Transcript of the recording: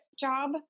job